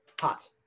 Hot